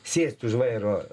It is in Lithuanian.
sėsti už vairo